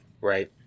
Right